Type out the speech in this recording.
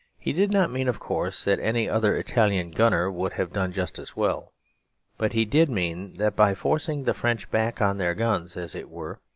he did not mean, of course, that any other italian gunner would have done just as well but he did mean that by forcing the french back on their guns, as it were,